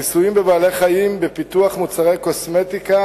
הניסויים בבעלי-חיים בפיתוח מוצרי קוסמטיקה